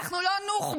אנחנו לא נוח'בות,